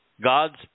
God's